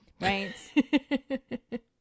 Right